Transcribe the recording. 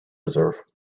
reserve